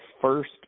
first